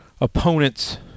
opponents